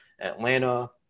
Atlanta